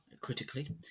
critically